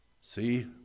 See